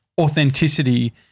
authenticity